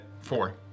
Four